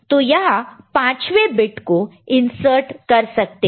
तो यहां पांचवें बिट को इंसर्ट कर सकते हैं